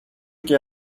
και